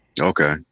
Okay